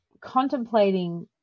contemplating